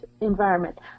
environment